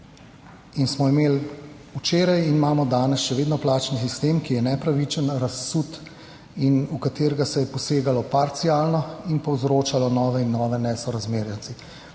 in smo imeli včeraj in imamo danes še vedno plačni sistem, ki je nepravičen, razsut in v katerega se je posegalo parcialno in povzročalo nove in nove nesorazmerno.